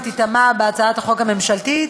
היא תיטמע בהצעת החוק הממשלתית,